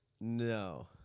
No